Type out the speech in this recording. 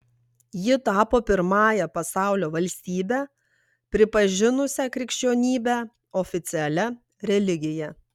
ji tapo pirmąja pasaulio valstybe pripažinusia krikščionybę oficialia religija